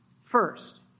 First